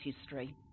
history